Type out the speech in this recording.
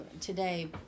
today